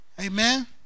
Amen